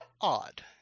Odd